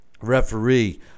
referee